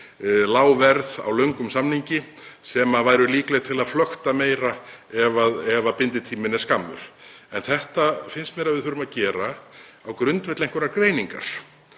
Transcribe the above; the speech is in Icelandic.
lág verð á löngum samningi sem væru líkleg til að flökta meira ef binditíminn er skammur. En þetta finnst mér að við þurfum að gera á grundvelli einhverrar greiningar